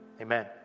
amen